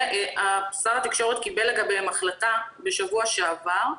שר התקשורת קיבל החלטה לגבי ההסדרים האלה בשבוע שעבר.